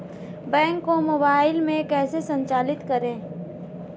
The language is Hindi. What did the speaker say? बैंक को मोबाइल में कैसे संचालित करें?